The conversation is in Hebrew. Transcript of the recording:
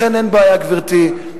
לכן אין בעיה, גברתי.